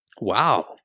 wow